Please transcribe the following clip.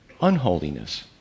unholiness